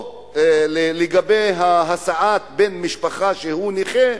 או לגבי הסעת בן משפחה שהוא נכה,